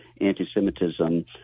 anti-Semitism